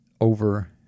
over